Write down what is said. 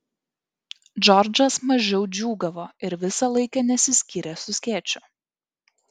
džordžas mažiau džiūgavo ir visą laiką nesiskyrė su skėčiu